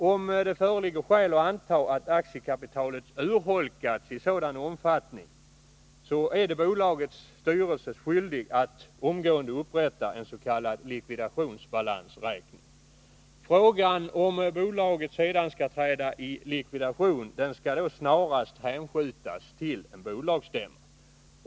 Om skäl föreligger att anta att aktiekapitalet urholkats i sådan omfattning, är bolagets styrelse skyldig att omgående upprätta en s.k. likvidationsbalansräkning. Frågan om bolaget skall träda i likvidation skall snarast hänskjutas till bolagsstämman.